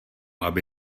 aby